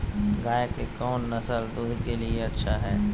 गाय के कौन नसल दूध के लिए अच्छा है?